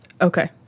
Okay